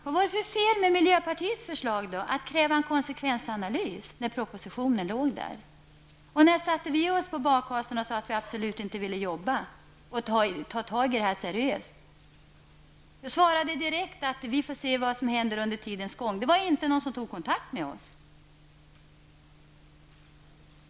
Vad är det för fel på miljöpartiets förslag om att kräva en konsekvensanalys när propositionen förelåg? När satte vi oss på bakhasorna och sade att vi absolut inte ville arbeta med de olika frågorna på ett seriöst sätt? Vad vi gjorde var att säga att vi skulle vänta och se vad som hände. Men ingen tog kontakt med oss.